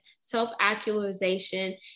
self-actualization